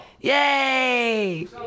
Yay